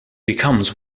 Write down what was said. becomes